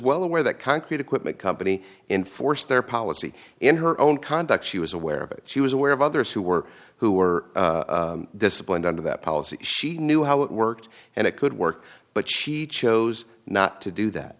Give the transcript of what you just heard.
well aware that concrete equipment company in force their policy in her own conduct she was aware of it she was aware of others who were who were disciplined under that policy she knew how it worked and it could work but she chose not to do that